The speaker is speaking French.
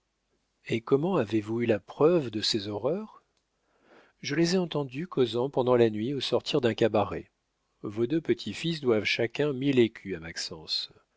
et comment avez-vous eu la preuve de ces horreurs je les ai entendus causant pendant la nuit au sortir d'un cabaret vos deux petit-fils doivent chacun mille écus à